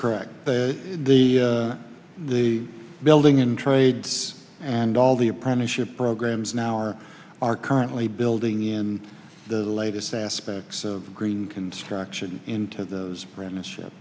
correct the the building in trade and all the apprenticeship programs now or are currently building in the latest aspects of green construction into those friendship